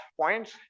points